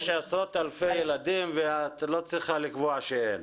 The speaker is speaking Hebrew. יש עשרות אלפי ילדים ואת לא צריכה לקבוע שאין.